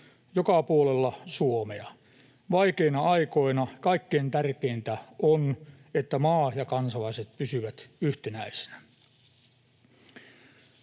joka puolella Suomea. Vaikeina aikoina kaikkein tärkeintä on, että maa ja kansalaiset pysyvät yhtenäisinä.